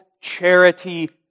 charity